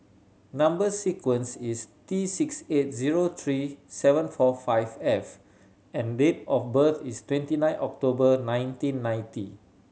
number sequence is T six eight zero three seven four five F and date of birth is twenty nine October nineteen ninety